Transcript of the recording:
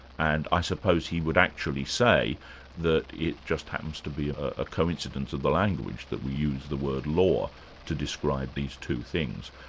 and i suppose he would actually say that it just happens to be a coincidence of the language that we use the word law to describe these two things.